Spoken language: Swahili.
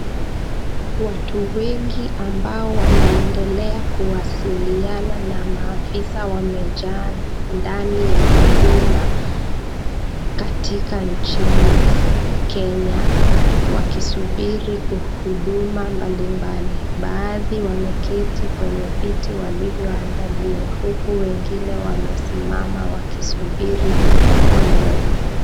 Watu wengi ambao wanaendelea kuwasiliana na maafisa wamejaa ndani ya huduma katika nchini Kenya wakisuburi huduma mbalimbali. Baadhi wameketi kwenye viti walivyoandaliwa huku wengine wamesimama wakisubiri foleni.